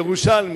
ירושלמי,